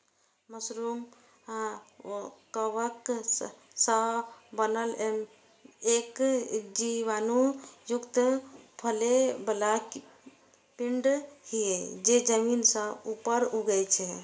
mushroom कवक सं बनल एक बीजाणु युक्त फरै बला पिंड छियै, जे जमीन सं ऊपर उगै छै